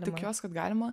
tikiuos kad galima